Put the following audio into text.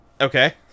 Okay